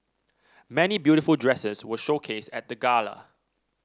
many beautiful dresses were showcased at the gala